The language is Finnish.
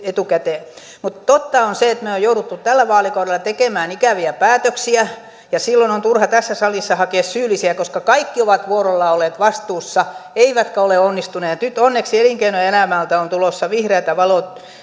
etukäteen mutta totta on se että me olemme joutuneet tällä vaalikaudella tekemään ikäviä päätöksiä ja silloin on turha tässä salissa hakea syyllisiä koska kaikki ovat vuorollaan olleet vastuussa eivätkä ole onnistuneet nyt onneksi elinkeinoelämältä on tulossa vihreätä valoa